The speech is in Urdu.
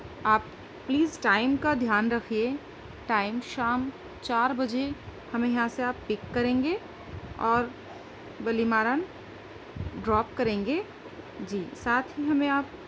آپ پلیز ٹائم کا دھیان رکھیے ٹائم شام چار بجے ہمیں یہاں سے آپ پک کریں گے اور بلی ماران ڈراپ کریں گے جی ساتھ ہی ہمیں آپ